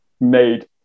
made